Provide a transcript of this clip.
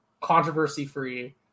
Controversy-free